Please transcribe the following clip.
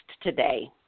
today